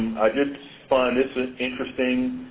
i did find this this interesting.